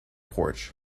porch